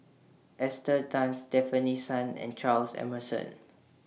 Esther Tan Stefanie Sun and Charles Emmerson